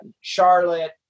Charlotte